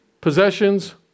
possessions